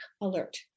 alert